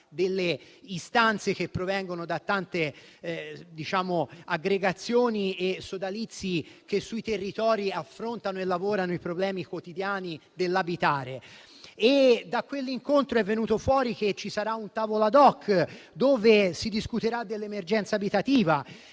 delle istanze che provengono da tante aggregazioni e sodalizi che sui territori affrontano i problemi quotidiani dell'abitare. Da quell'incontro è emerso che ci sarà un tavolo *ad hoc* in cui si discuterà dell'emergenza abitativa